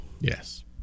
Yes